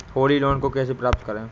Holi loan को कैसे प्राप्त करें?